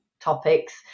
topics